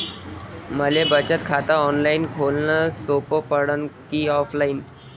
मले बचत खात ऑनलाईन खोलन सोपं पडन की ऑफलाईन?